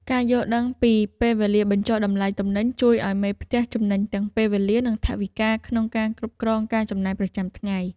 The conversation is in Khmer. ការយល់ដឹងពីពេលវេលាបញ្ចុះតម្លៃទំនិញជួយឱ្យមេផ្ទះចំណេញទាំងពេលវេលា និងថវិកាក្នុងការគ្រប់គ្រងការចំណាយប្រចាំថ្ងៃ។